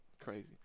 crazy